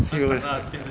serious